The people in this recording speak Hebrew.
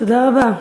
תודה רבה.